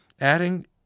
adding